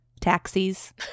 Taxis